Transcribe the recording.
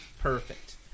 perfect